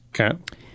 okay